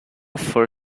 for